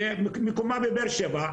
מיקומה בבאר שבע,